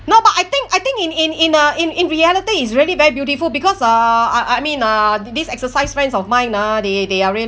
no but I think I think in in in uh in in reality is really very beautiful because ah I I mean uh these exercise friends of mine ah they they are really